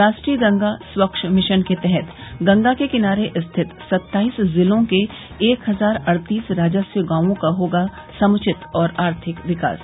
राष्ट्रीय गंगा स्वच्छ मिशन के तहत गंगा के किनारे स्थित सत्ताईस ज़िलों के एक हज़ार अड़तीस राजस्व गांवों का होगा समुचित और आर्थिक विकास